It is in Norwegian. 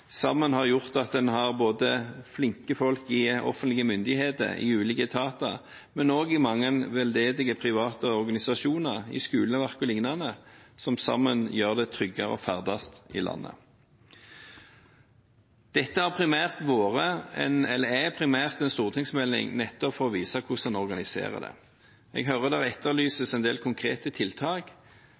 sammen har gjort at en har flinke folk hos offentlige myndigheter, i ulike etater, men også i mange veldedige, private organisasjoner, i skoleverket o.l., som sammen gjør det tryggere å ferdes i landet. Dette er primært en stortingsmelding for å vise hvordan en organiserer. Jeg hører det etterlyses en del konkrete tiltak.